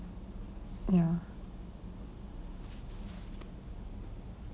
ya